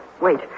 Wait